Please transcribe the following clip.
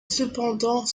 cependant